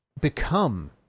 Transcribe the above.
become